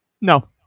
No